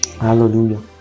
Hallelujah